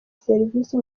serivisi